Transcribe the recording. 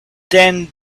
then